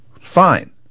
Fine